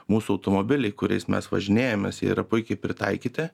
mūsų automobiliai kuriais mes važinėjamės jie yra puikiai pritaikyti